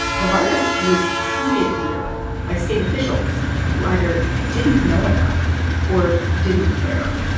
the virus was seeded here by state officials who either didn't know enough or didn't care.